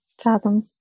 fathom